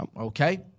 okay